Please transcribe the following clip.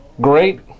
great